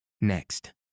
Next